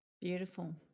beautiful